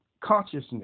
consciousness